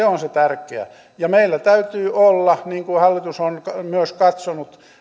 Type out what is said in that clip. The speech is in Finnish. on tärkeää ja meillä täytyy olla niin kuin hallitus on myös katsonut